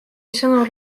sõnul